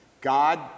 God